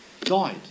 Died